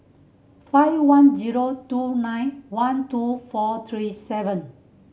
five one zero two nine one two four three seven